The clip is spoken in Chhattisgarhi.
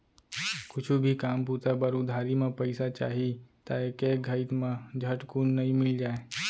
कुछु भी काम बूता बर उधारी म पइसा चाही त एके घइत म झटकुन नइ मिल जाय